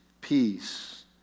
peace